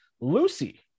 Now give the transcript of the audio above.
Lucy